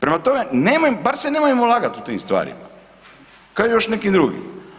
Prema tome, bar se nemojmo lagat u tim stvarima kao i u još nekim drugim.